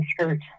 skirt